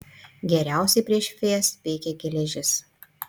geriausiai prieš fėjas veikia geležis